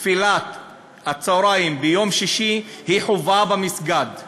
תפילת הצהריים ביום שישי היא חובה במסגד.